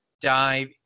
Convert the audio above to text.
dive